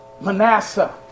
Manasseh